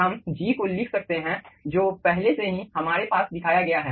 हम G को लिख सकते हैं जो पहले से ही हमारे पास दिखाया गया है